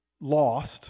lost